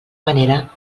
manera